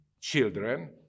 children